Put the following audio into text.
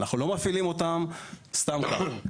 אנחנו לא מפעילים אותן סתם כך.